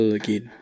again